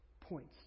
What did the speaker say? points